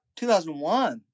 2001